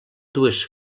dues